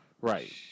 Right